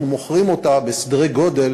אנחנו מוכרים אותה בסדרי גודל